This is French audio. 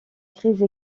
crise